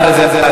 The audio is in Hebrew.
ואחרי זה הצבעה.